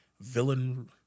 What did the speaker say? Villain